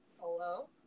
Hello